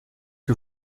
que